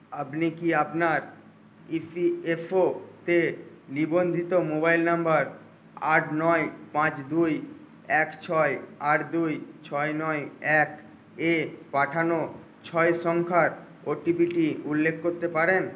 আপনি কি আপনার ই পি এফ ও তে নিবন্ধিত মোবাইল নাম্বার আট নয় পাঁচ দুই এক ছয় আট দুই ছয় নয় এক এ পাঠানো ছয় সংখ্যার ও টি পি টি উল্লেখ করতে পারেন